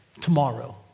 tomorrow